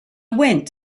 went